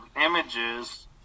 images